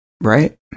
right